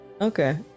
okay